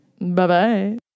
Bye-bye